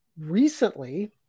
recently